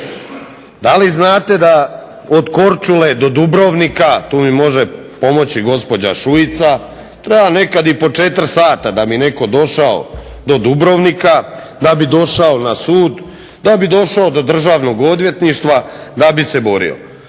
Da li znate da od Korčule do Dubrovnika, tu mi možemo pomoći gospođa Šuica treba nekad i po četiri sata da bi netko došao do Dubrovnika, da bi došao na sud, da bi došao do Državnog odvjetništva da bi se borio.